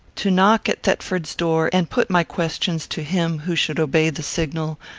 to knock at thetford's door, and put my questions to him who should obey the signal,